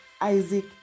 Isaac